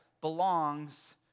belongs